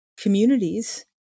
communities